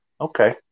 Okay